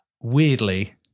weirdly